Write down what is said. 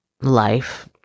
life